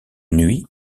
nuit